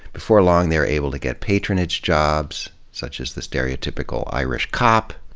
before long they were able to get patronage jobs such as the stereotypical irish cop,